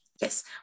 yes